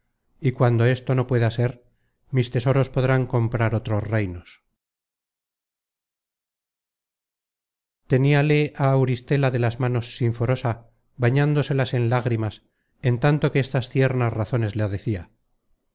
y cuando esto no pueda ser mis tesoros podrán comprar otros reinos teníale á auristela de las manos sinforosa bañándoselas en lágrimas en tanto que estas tiernas razones la decia